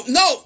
no